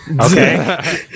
okay